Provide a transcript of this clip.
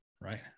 right